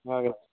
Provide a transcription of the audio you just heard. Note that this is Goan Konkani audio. हय